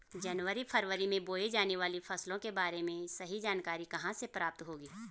जनवरी फरवरी में बोई जाने वाली फसलों के बारे में सही जानकारी कहाँ से प्राप्त होगी?